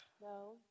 No